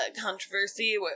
controversy